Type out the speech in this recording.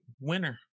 winner